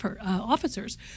officers